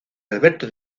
alberto